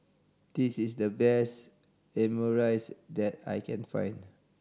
this is the best Omurice that I can find